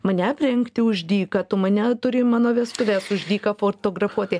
mane aprengti už dyką tu mane turi mano vestuves už dyką fotografuoti